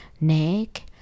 Neck